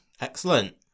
Excellent